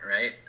right